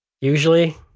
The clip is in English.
Usually